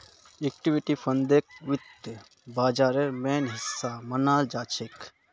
equity फंडक वित्त बाजारेर मेन हिस्सा मनाल जाछेक